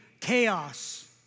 chaos